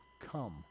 come